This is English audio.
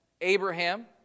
Abraham